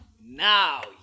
Now